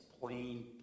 plain